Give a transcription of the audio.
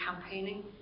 campaigning